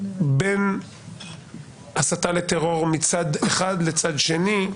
בין הסתה לטרור מצד אחד לצד שני,